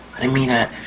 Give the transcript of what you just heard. i didn't mean that.